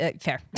fair